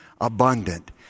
abundant